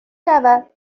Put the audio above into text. شود